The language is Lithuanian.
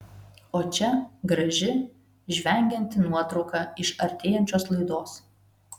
o čia graži žvengianti nuotrauka iš artėjančios laidos